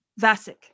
Vasic